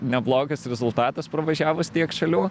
neblogas rezultatas pravažiavus tiek šalių